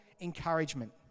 encouragement